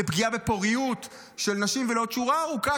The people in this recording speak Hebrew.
לפגיעה בפוריות של נשים ולעוד שורה ארוכה